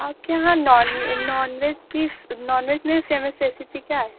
آپ کے یہاں نان نان ویج کی نان ویج میں فیمس ریسیپی کیا ہے